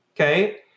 okay